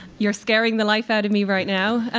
you're scaring the life out of me right now. and